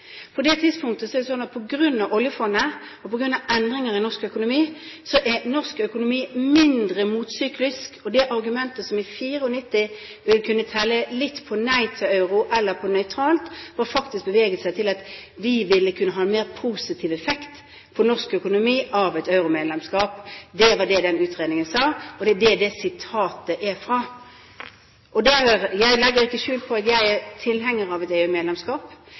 På det tidspunktet var det sånn at på grunn av oljefondet og på grunn av endringene i norsk økonomi var norsk økonomi mindre motsyklisk. Og det argumentet som i 1994 kunne telle litt for nei til euro eller for nøytralt, hadde faktisk beveget seg til at vi kunne ha en mer positiv effekt på norsk økonomi av et euromedlemskap. Det var det den utredningen sa, og det er det sitatet er fra. Jeg legger ikke skjul på at jeg er tilhenger av et